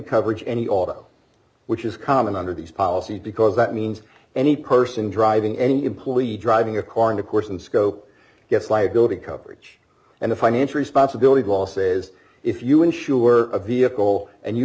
coverage any auto which is common under these policies because that means any person driving any employee driving a car in the course and scope gets liability coverage and the financial responsibility law says if you insure a vehicle and you